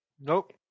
Nope